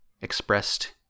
expressed